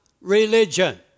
religion